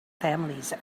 families